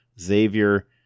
Xavier